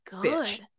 Good